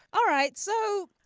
all right. so.